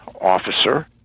officer